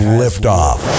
liftoff